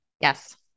Yes